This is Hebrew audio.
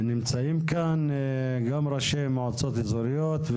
נמצאים כאן גם ראשי מועצות אזוריות.